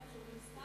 למה הם עצורים, סתם?